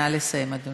נא לסיים, אדוני.